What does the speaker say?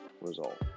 result